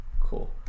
Cool